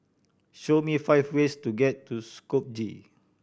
show me five ways to get to Skopje